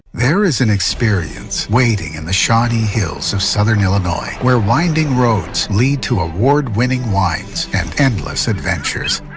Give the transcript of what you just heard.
there is an experience waiting in the shawnee hills of southern illinois, where winding roads lead to award winning wines and endless adventures.